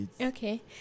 Okay